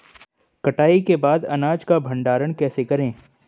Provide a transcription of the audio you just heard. कटाई के बाद अनाज का भंडारण कैसे करें?